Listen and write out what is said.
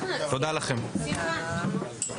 הישיבה ננעלה בשעה 12:50.